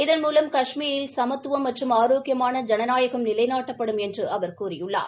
இதன் மூலம் கஷ்மீரில் சமத்துவம் மற்றும் ஆரோக்கியமான ஜனநாயகம் நிலைநாட்டப்படும் என்று அவர் கூறியுள்ளார்